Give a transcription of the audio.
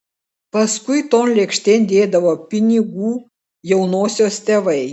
paskui ton lėkštėn dėdavo pinigų jaunosios tėvai